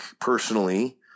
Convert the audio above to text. personally